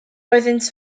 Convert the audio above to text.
oeddynt